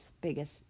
biggest